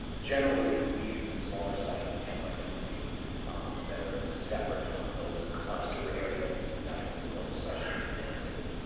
generally we use a smaller size of ten by twenty that are separate from those cluster areas that have been built especially within a city.